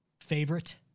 favorite